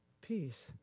peace